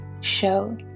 show